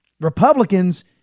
Republicans